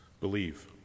Believe